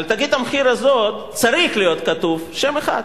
על תגית המחיר הזאת צריך להיות כתוב שם אחד: